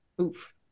Oof